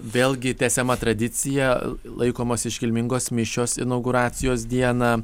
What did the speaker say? vėlgi tęsiama tradicija laikomos iškilmingos mišios inauguracijos dieną